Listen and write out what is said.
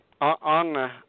on